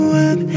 up